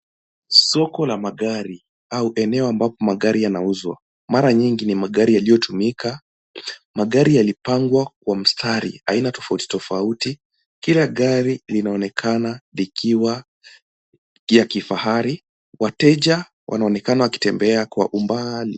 Soko la magari au eneo ambapo magari yanauzwa. Mara nyingi ni magari yaliyotumika, magari yalipangwa kwa mstari, aina tofauti tofauti. Kila gari linaonekana likiwa ya kifahari, wateja wanaonekana wakitembea kwa umbali.